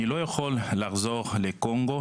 אני לא יכול לחזור לקונגו,